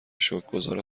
شکرگزار